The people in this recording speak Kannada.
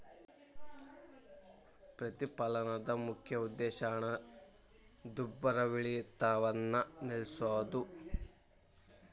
ಪ್ರತಿಫಲನದ ಮುಖ್ಯ ಉದ್ದೇಶ ಹಣದುಬ್ಬರವಿಳಿತವನ್ನ ನಿಲ್ಸೋದು